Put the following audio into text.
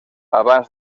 abans